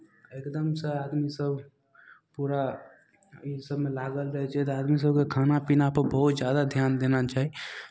एकदमसँ आदमीसभ पूरा ई सभमे लागल रहै छै तऽ आदमी सभकेँ खाना पीनापर बहुत ज्यादा ध्यान देना चाही